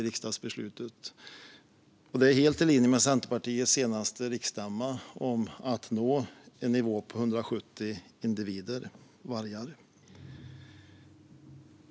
Detta är helt i linje med beslutet på Centerpartiets senaste riksstämma om att nå en nivå för varg på 170 individer.